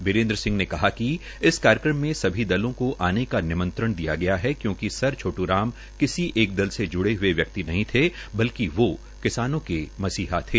बीरेन्द्र सिंह ने कहा कि इस कार्यक्रम में सभी दलों को आने का निमत्रंण दिया गया है क्योकि सर छोटू राम किसी एक दल से ज्ड़े हुए व्यक्ति नहीं थे बल्कि वे किसानों के मसीह थे